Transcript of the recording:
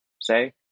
say